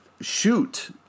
shoot